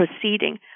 proceeding